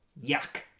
Yuck